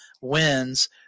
wins